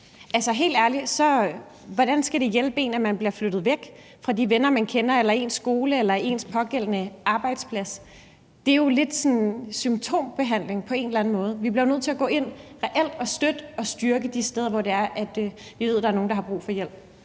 Hvordan skal det hjælpe en, at man bliver flyttet væk fra de venner, som man kender, eller ens skole eller ens pågældende arbejdsplads? Det er jo lidt en symptombehandling på en eller anden måde, og vi bliver nødt til reelt at gå ind og støtte og styrke det de steder, hvor vi ved der er nogen der har brug for hjælp.